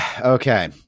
Okay